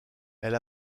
elle